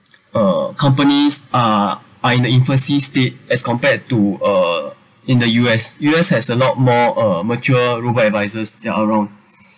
uh companies are are in the infancy state as compared to uh in the U_S U_S has a lot more uh mature robo advisers that are around